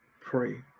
Pray